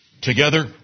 Together